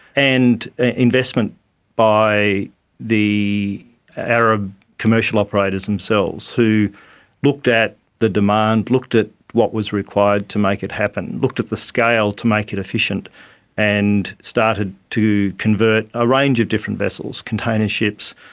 and investment by the arab commercial operators themselves who looked at the demand, looked at what was required to make it happen, looked at the scale to make it efficient and started to convert a range of different vessels container container ships,